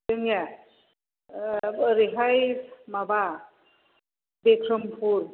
जोंनिया ओरैहाय माबा बिक्रमपुर